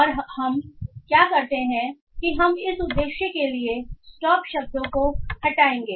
और अब हम क्या करते हैं कि हम इस उद्देश्य के लिए स्टॉप शब्द को हटाएंगे